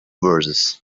verses